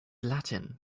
latin